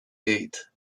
eight